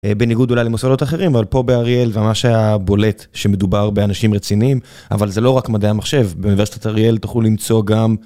בניגוד אולי למוסדות אחרים אבל פה באריאל ממש היה בולט שמדובר באנשים רציניים אבל זה לא רק מדעי המחשב באוניברסיטת אריאל תוכלו למצוא גם.